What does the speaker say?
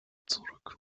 zurück